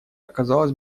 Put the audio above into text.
оказалось